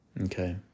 okay